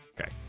Okay